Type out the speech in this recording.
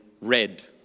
red